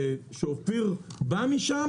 שאופיר בא משם